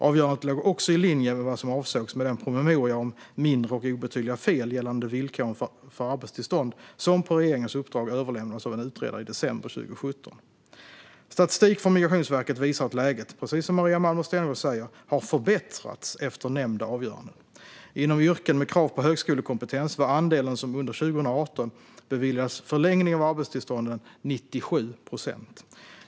Avgörandet låg också i linje med vad som avsågs med promemorian Mindre och obetydliga fel gällande villkoren för arbetstillstånd , som på regeringens uppdrag överlämnades av en utredare i december 2017. Statistik från Migrationsverket visar att läget, precis som Maria Malmer Stenergard säger, har förbättrats efter nämnda avgöranden. Inom yrken med krav på högskolekompetens var andelen som under 2018 beviljades förlängning av arbetstillståndet 97 procent.